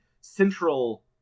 central